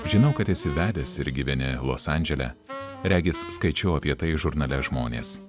žinau kad esi vedęs ir gyveni los andžele regis skaičiau apie tai žurnale žmonės